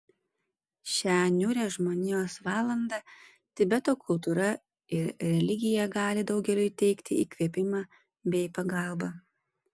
šią niūrią žmonijos valandą tibeto kultūra ir religija gali daugeliui teikti įkvėpimą bei pagalbą